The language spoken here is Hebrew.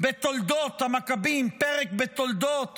בתולדות המכבים, פרק בתולדות